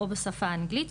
או בשפה האנגלית.